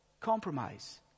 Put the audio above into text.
compromise